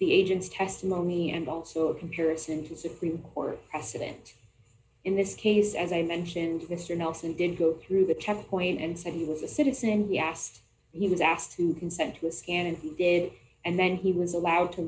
the agents testimony and also a comparison to supreme court precedent in this case as i mentioned mr nelson didn't go through the checkpoint and said he was a citizen we asked he was asked to consent to a scan and he did and then he was allowed to